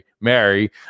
mary